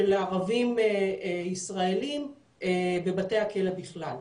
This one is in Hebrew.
של ערבים ישראלים בבתי הכלא בכלל,